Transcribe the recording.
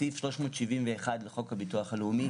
סעיף 371 לחוק הביטוח הלאומי,